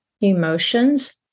emotions